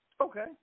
Okay